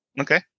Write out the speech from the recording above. Okay